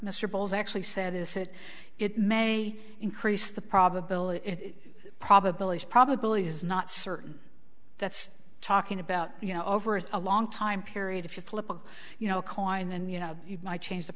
bowles actually said is that it may increase the probability probabilities probability is not certain that's talking about you know over a long time period if you flip a coin and you know you might change the